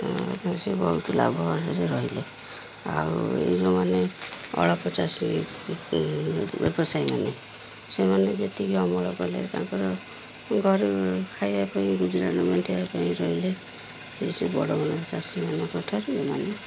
ସେ ବହୁତ ଲାଭବାନରେ ରହିଲେ ଆଉ ଏଇ ଯେଉଁମାନେ ଅଳପ ଚାଷୀ ବ୍ୟବସାୟୀମାନେ ସେମାନେ ଯେତିକି ଅମଳ କଲେ ତାଙ୍କର ଘର ଖାଇବା ପାଇଁ ଗୁଜୁରାଣ ମେଣ୍ଟେଇବା ପାଇଁ ରହିଲେ ସେ ସେ ବଡ଼ ବଡ଼ ଚାଷୀମାନଙ୍କଠାରୁ ସେମାନେ